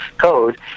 code